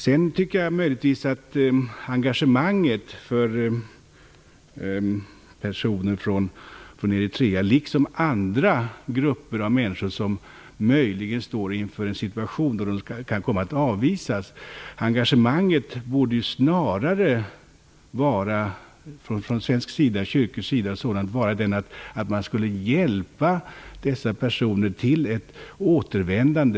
Jag tycker vidare möjligtvis att engagemanget från svensk sida, t.ex. från kyrkligt håll, för personer från Eritrea liksom för andra grupper av människor som möjligen står inför en situation där de kan komma att avvisas, snarare borde gälla att man skulle hjälpa dessa personer till ett återvändande.